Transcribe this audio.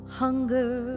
hunger